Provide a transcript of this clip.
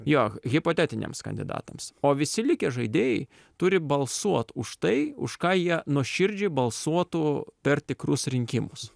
jo h hipotetiniams kandidatams o visi likę žaidėjai turi balsuot už tai už ką jie nuoširdžiai balsuotų per tikrus rinkimus